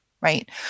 right